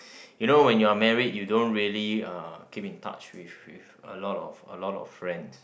you know when you're married you don't really uh keep in touch with with a lot of a lot of friends